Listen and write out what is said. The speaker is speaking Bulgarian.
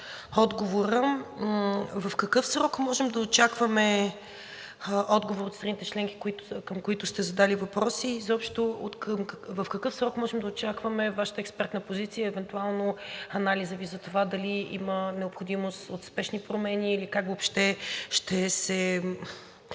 В какъв срок можем да очакваме отговор от страните членки, към които сте задали въпроси, и изобщо в какъв срок можем да очакваме Вашата експертна позиция и евентуално анализа Ви за това дали има необходимост от спешни промени, или как въобще ще се